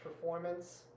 Performance